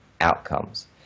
outcomes